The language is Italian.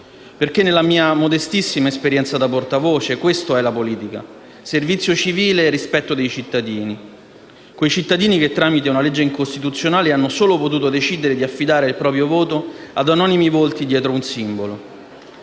Perché, nella mia modestissima esperienza da portavoce, questo è la politica: servizio civile e rispetto dei cittadini. Quei cittadini che tramite una legge incostituzionale hanno solo potuto decidere di affidare il proprio voto ad anonimi volti dietro un simbolo.